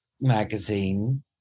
magazine